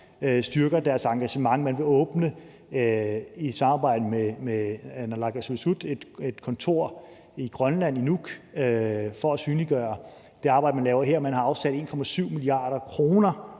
styrker deres engagement, og man vil i samarbejde med naalakkersuisut åbne et kontor i Grønland, i Nuuk, for at synliggøre det arbejde, man laver her. Man har afsat 1,7 mia. kr.